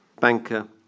Banker